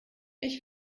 ich